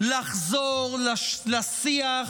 לחזור לשיח